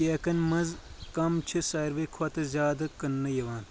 کیکن مَنٛز کَم چھِ سارِوٕے کھۄتہٕ زیادٕ کٕننہٕ یِوان